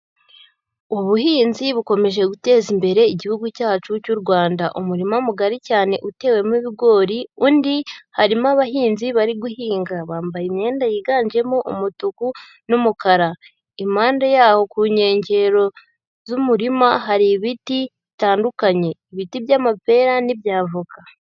Ubuhinzi bukomeje guteza imbere igihugu cyacu cy'u Rwanda. Umurima mugari cyane utewemo ibigori, undi harimo abahinzi bari guhinga bambaye imyenda yiganjemo umutuku n'umukara. Impande yaho ku nkengero z'umurima hari ibiti bitandukanye, ibiti by'amapera n'ibya avoka.